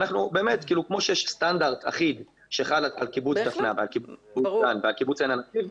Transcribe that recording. כמו שיש סטנדרט אחיד שחל על קיבוץ דפנה ועל קיבוץ עין הנציב,